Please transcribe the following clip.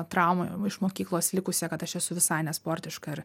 traumą iš mokyklos likusią kad aš esu visai nesportiška ir